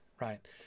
right